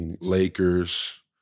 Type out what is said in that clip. Lakers